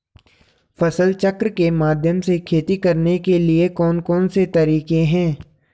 फसल चक्र के माध्यम से खेती करने के लिए कौन कौन से तरीके हैं?